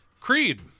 creed